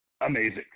Amazing